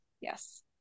Yes